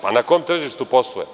Pa, na kom tržištu posluje?